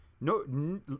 No